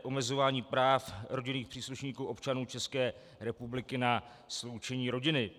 Omezování práv rodinných příslušníků občanů České republiky na sloučení rodiny.